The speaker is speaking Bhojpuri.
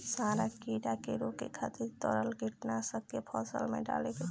सांढा कीड़ा के रोके खातिर तरल कीटनाशक के फसल में डाले के चाही